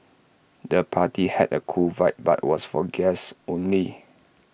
the party had A cool vibe but was for guests only